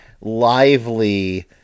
lively